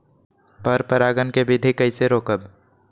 पर परागण केबिधी कईसे रोकब?